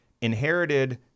inherited